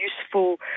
useful